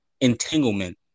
Entanglement